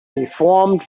deformed